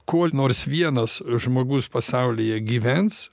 kol nors vienas žmogus pasaulyje gyvens